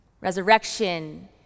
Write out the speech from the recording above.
Resurrection